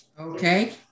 Okay